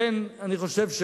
לכן אני חושב,